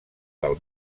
del